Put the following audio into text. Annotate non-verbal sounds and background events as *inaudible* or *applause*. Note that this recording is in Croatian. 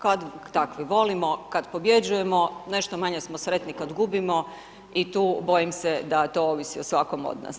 Kad ... *unintelligible* volimo kad pobjeđujemo, nešto manje smo sretni kad gubimo i tu bojim se da to ovisi o svakom od nas.